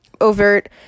overt